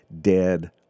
Dead